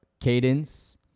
cadence